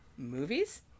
Movies